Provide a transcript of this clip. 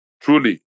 truly